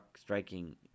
striking